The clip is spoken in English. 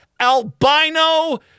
albino